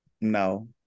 No